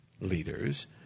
leaders